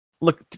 look